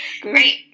Great